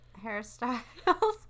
hairstyles